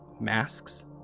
masks